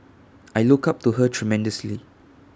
I look up to her tremendously